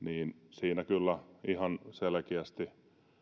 siinä kyllä ihan selkeästi